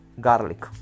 garlic